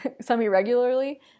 semi-regularly